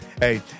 hey